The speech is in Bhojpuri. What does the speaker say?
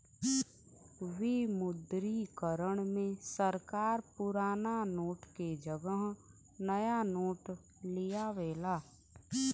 विमुद्रीकरण में सरकार पुराना नोट के जगह नया नोट लियावला